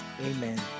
amen